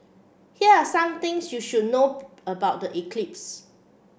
here some things you should know about the eclipse